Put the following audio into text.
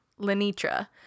Lenitra